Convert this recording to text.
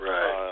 Right